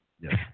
Yes